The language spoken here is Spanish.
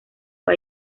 fue